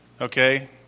Okay